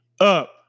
up